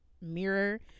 mirror